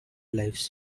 lives